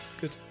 Good